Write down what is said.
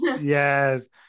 Yes